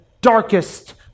darkest